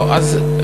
לא, אז בסדר.